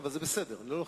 אבל זה בסדר, אני לא לוחץ,